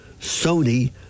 Sony